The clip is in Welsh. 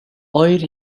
oer